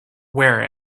wear